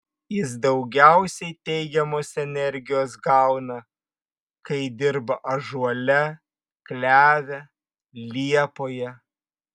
jis daugiausiai teigiamos energijos gauna kai dirba ąžuole kleve liepoje